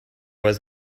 was